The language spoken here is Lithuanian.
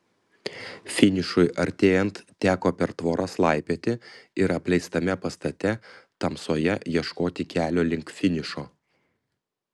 finišui artėjant teko per tvoras laipioti ir apleistame pastate tamsoje ieškoti kelio link finišo